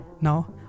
now